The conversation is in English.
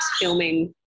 filming